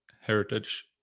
heritage